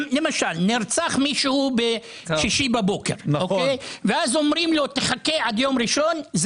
למשל אם נרצח ערבי בשישי בבוקר ואומרים לו לחכות עד יום ראשון,